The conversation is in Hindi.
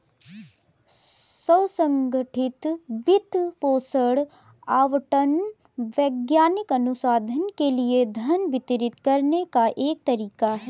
स्व संगठित वित्त पोषण आवंटन वैज्ञानिक अनुसंधान के लिए धन वितरित करने का एक तरीका हैं